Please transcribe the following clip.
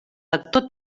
lector